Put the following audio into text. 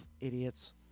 idiots